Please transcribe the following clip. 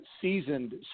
seasoned